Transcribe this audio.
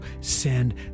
send